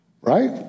right